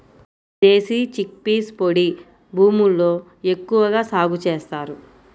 దేశీ chickpeas పొడి భూముల్లో ఎక్కువగా సాగు చేస్తారు